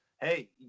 Hey